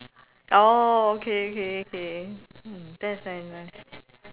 oh okay okay okay that's very nice